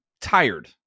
tired